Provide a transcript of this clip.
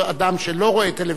אתה רואה הרבה יותר ממני.